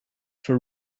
for